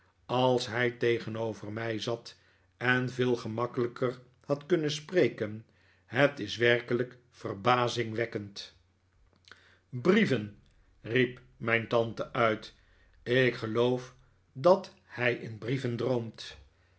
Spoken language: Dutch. als hij tegenover mij zat en veel gemakkelijker had kunnen spreken het is werkelijk verbazingwekkend brieven riep mijn tante uit ik geloof dat hij in brieven droomt